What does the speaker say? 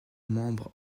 membres